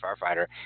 firefighter